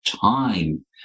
time